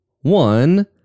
one